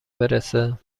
برسه